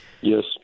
Yes